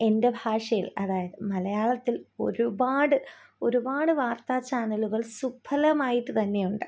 എൻ്റെ ഭാഷയിൽ അതായത് മലയാളത്തിൽ ഒരുപാട് ഒരുപാട് വാർത്താചാനലുകൾ സുലഭമായിട്ടു തന്നെയുണ്ട്